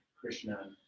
Krishna